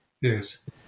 yes